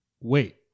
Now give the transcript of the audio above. wait